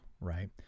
Right